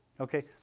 okay